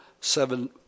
seven